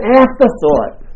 afterthought